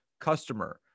customer